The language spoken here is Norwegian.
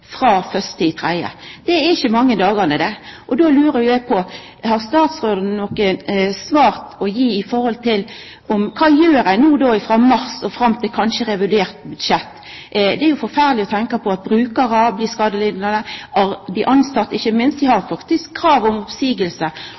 frå den 1. mars. Det er ikkje mange dagane, det. Då lurer eg på: Har statsråden noko svar å gi på om kva ein gjer frå mars og kanskje fram til revidert budsjett? Det er jo forferdeleg å tenkja på at brukarar blir skadelidande, og dei tilsette ikkje minst. Dei har faktisk krav